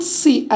see